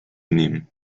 nehmen